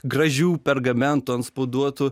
gražių pergamentų antspauduotų